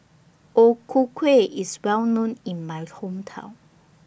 O Ku Kueh IS Well known in My Hometown